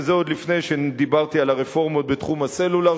וזה עוד לפני שדיברתי על הרפורמות בתחום הסלולר